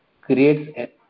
creates